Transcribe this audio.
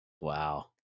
Wow